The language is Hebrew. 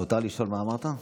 מותר לשאול מה אמרת?